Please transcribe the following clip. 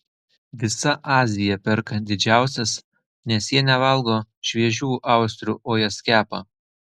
visa azija perka didžiausias nes jie nevalgo šviežių austrių o jas kepa